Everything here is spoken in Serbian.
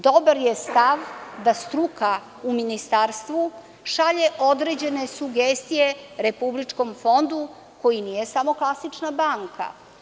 Dobar je stav da struka u Ministarstvu šalje određene sugestije Republičkom fondu koji nije samo klasična banka.